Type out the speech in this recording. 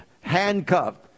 handcuffed